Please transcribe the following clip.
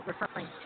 referring